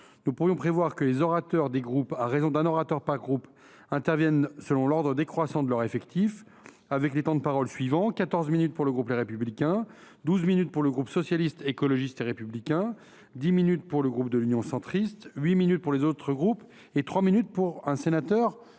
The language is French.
Nous pourrions prévoir que les orateurs des groupes, à raison d’un orateur par groupe, interviennent selon l’ordre décroissant de leur effectif, avec les temps de parole suivants : 14 minutes pour le groupe Les Républicains ; 12 minutes pour le groupe Socialiste, Écologiste et Républicain ; 10 minutes pour le groupe Union Centriste ; 8 minutes pour les autres groupes ; 3 minutes pour un sénateur